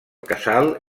casal